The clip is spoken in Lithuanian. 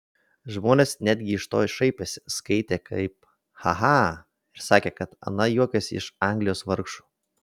žmonės netgi iš to šaipėsi skaitė kaip ha ha ir sakė kad ana juokiasi iš anglijos vargšų